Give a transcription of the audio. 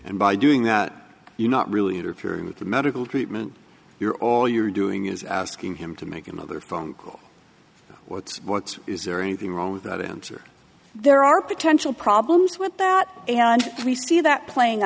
and by doing that you're not really interfering with the medical treatment you're all you're doing is asking him to make another phone call what's what is there anything wrong with that answer there are potential problems with that and we see that playing